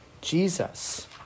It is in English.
Jesus